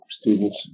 students